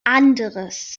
anderes